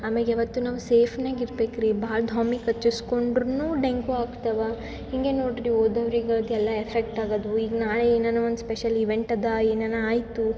ಆಮೇಗೆ ಯಾವತ್ತು ನಾವು ಸೇಫ್ನ್ಯಾಗೆ ಇರ್ಬೇಕು ರೀ ಭಾಳ ದ್ವಾಮಿ ಕಚ್ಚಿಸ್ಕೊಂಡ್ರು ಡೆಂಗೂ ಆಗ್ತವ ಹಿಂಗೇ ನೋಡಿರಿ ಓದೋವ್ರಿಗೆ ಗೆಲ್ಲಾ ಎಫೆಕ್ಟ್ ಆಗೋದು ಈಗ ನಾಳೆ ಏನನ ಒಂದು ಸ್ಪೆಷಲ್ ಇವೆಂಟ್ ಅದ ಏನನ ಆಯಿತು